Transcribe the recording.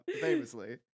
famously